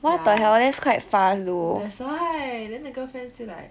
ya that's why then the girlfriend still like